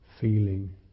feeling